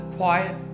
quiet